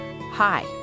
Hi